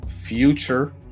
future